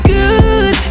good